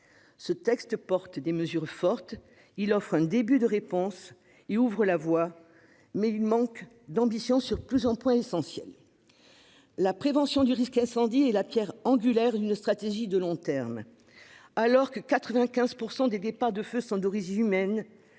Ce texte porte des mesures fortes. Il offre un début de réponse et ouvre la voie, mais il manque d'ambition sur plusieurs points essentiels. La prévention du risque incendie est la pierre angulaire d'une stratégie de long terme. Alors que 95 % des départs de feux sont d'origine humaine,